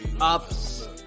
ups